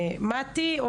מטי.